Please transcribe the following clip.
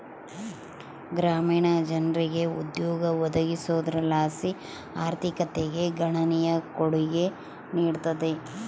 ಗ್ರಾಮೀಣ ಜನರಿಗೆ ಉದ್ಯೋಗ ಒದಗಿಸೋದರ್ಲಾಸಿ ಆರ್ಥಿಕತೆಗೆ ಗಣನೀಯ ಕೊಡುಗೆ ನೀಡುತ್ತದೆ